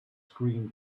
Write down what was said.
screen